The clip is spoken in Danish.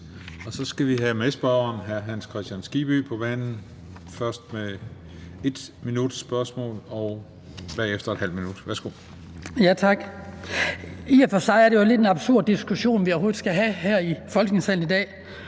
Så skal vi have medspørgeren, hr. Hans Kristian Skibby, på banen. Først er det med 1 minuts spørgsmål og bagefter ½ minut. Kl. 16:30 Hans Kristian Skibby (DF): Tak. I og for sig er det jo lidt en absurd diskussion, vi overhovedet skal have her i Folketingssalen i dag.